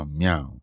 meow